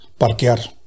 parquear